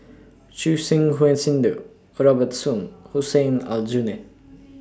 Choor Singh Sidhu Robert Soon Hussein Aljunied